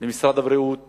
למשרדי הבריאות